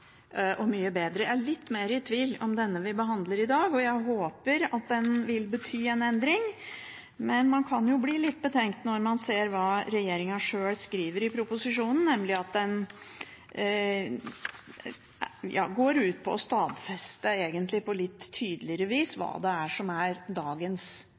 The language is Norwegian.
og mye bedre. Jeg er litt mer i tvil om denne vi behandler i dag, og jeg håper at den vil bety en endring, men man kan bli litt betenkt når man ser hva regjeringen sjøl skriver i proposisjonen, nemlig at det egentlig går ut på å stadfeste på litt tydeligere vis hva som er dagens